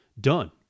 done